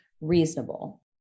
reasonable